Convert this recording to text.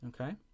okay